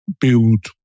build